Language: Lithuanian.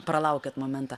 pralaukėt momentą